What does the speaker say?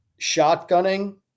shotgunning